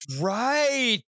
right